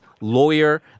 lawyer